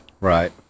right